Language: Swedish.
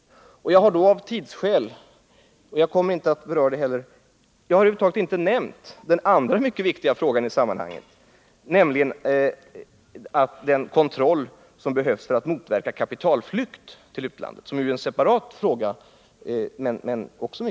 Jag har då av tidsskäl inte nämnt — och jag kommer inte heller att beröra — den andra mycket viktiga frågan i sammanhanget, nämligen om den kontroll som behövs för att motverka kapitalflykt till utlandet. Det är ju en separat fråga.